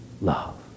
love